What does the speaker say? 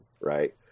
right